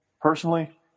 personally